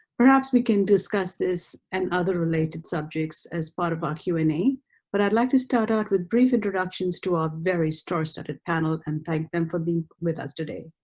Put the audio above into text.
perhaps we can discuss this and other related subjects as part of our q and a but i'd like to start out with brief introductions to our very star-studded panel and thank them for being with us today.